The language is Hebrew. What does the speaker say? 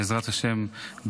בעזרת השם,